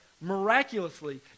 miraculously